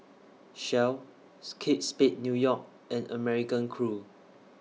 Shells Kate Spade New York and American Crew